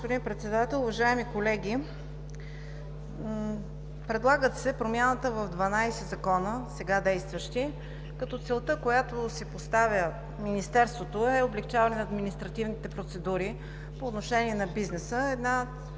Уважаеми господин Председател, уважаеми колеги! Предлага се промяна в дванадесет сега действащи закона. Целта, която си поставя Министерството, е облекчаване на административните процедури по отношение на бизнеса.